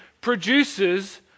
produces